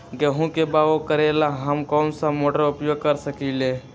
गेंहू के बाओ करेला हम कौन सा मोटर उपयोग कर सकींले?